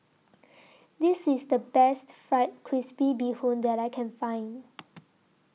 This IS The Best Fried Crispy Bee Hoon that I Can Find